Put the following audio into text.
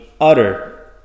utter